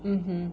mmhmm